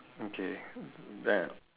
okay then